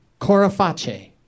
Coraface